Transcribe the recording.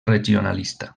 regionalista